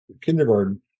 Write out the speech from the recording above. kindergarten